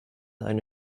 eine